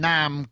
Nam